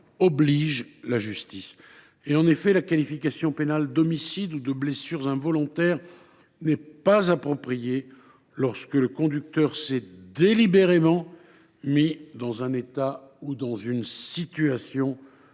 obligent la justice. La qualification pénale d’homicide ou de blessures involontaires n’est pas appropriée lorsque le conducteur s’est délibérément mis dans un état ou une situation